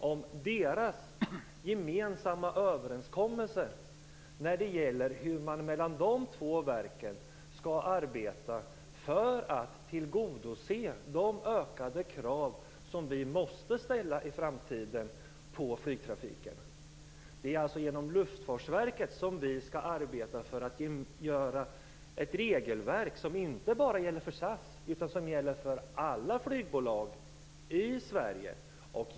Hanna Zetterberg har säkert tidigare fått besked om detta, men jag upprepar det nu för den händelse det har kommit bort i den otroliga postgång som vi har. Det är genom Luftfartsverket som vi skall arbeta för att åstadkomma ett regelverk som inte bara gäller för SAS utan för alla flygbolag i Sverige.